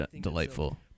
delightful